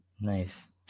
Nice